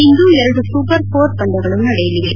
ಇಂದು ಎರಡು super four ಪಂದ್ಯಗಳು ನಡೆಯಲಿವೆ